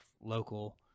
local